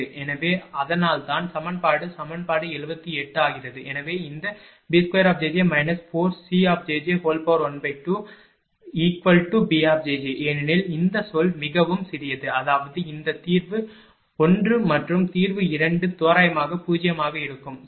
எனவே அதனால்தான் சமன்பாடு சமன்பாடு 78 ஆகிறது எனவே இந்த b2jj 4cjj12≈b ஏனெனில் இந்த சொல் மிகவும் சிறியது அதாவது இந்த தீர்வு ஒன்று மற்றும் தீர்வு இரண்டு தோராயமாக 0 ஆக இருக்கும் சரி